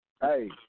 hey